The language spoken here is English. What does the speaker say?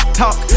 talk